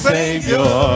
Savior